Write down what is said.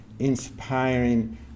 inspiring